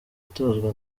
itozwa